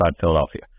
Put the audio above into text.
Philadelphia